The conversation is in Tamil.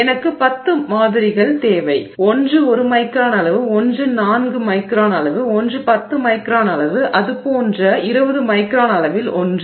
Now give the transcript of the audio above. எனக்கு 10 மாதிரிகள் தேவை ஒன்று 1 மைக்ரான் அளவு ஒன்று 4 மைக்ரான் அளவு ஒன்று 10 மைக்ரான் அளவு அது போன்ற 20 மைக்ரான் அளவில் ஒன்று